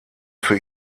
für